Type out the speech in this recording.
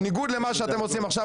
בניגוד למה שאתם עושים עכשיו,